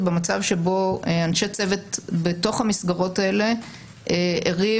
במצב שבו אנשי צוות בתוך המסגרות האלה ערים,